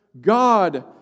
God